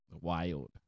Wild